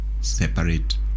separate